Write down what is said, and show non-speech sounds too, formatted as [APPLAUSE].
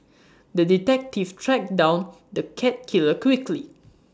[NOISE] the detective tracked down the cat killer quickly